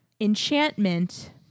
Enchantment